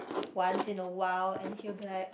once in a while and he will be like